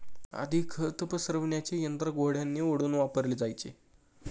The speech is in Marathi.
आधी खत पसरविण्याचे यंत्र घोड्यांनी ओढून वापरले जायचे